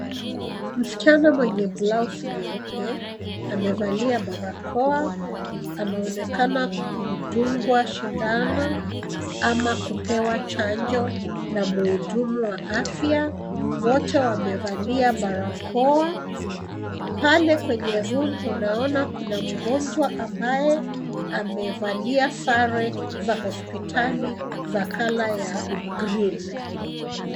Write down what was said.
Msichana mwenye blouse nyeupe amevalia barakoa, anaonekana kudungwa sindano ama kupewa chanjo na mhudumu wa afya. Wote wamevalia barakoa. Pale kwenye room unaona kuna mgonjwa ambaye amevalia sare za hospitali za colour ya green .